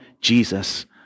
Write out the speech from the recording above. Jesus